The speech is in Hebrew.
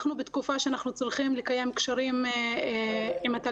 אנחנו בתקופה שאנחנו צריכים לקיים קשרים חברתיים עם התלמידים,